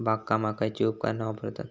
बागकामाक खयची उपकरणा वापरतत?